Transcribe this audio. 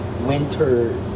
winter